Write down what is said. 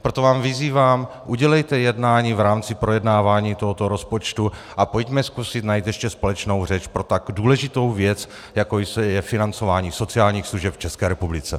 Proto vás vyzývám, udělejte jednání v rámci projednávání tohoto rozpočtu a pojďme zkusit ještě společnou řeč pro tak důležitou věc, jako je financování sociálních služeb v České republice.